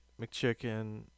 McChicken